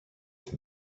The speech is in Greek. την